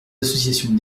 associations